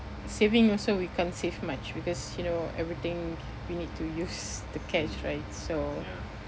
saving also we can't save much because you know everything we need to use the cash right so